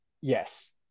Yes